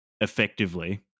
effectively